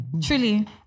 Truly